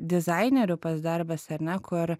dizainerių darbas ar ne kur